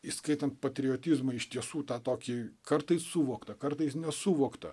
įskaitant patriotizmą iš tiesų tą tokį kartais suvoktą kartais nesuvoktą